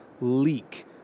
leak